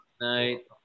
Night